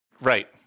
Right